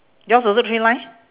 yours also three line